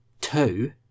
Two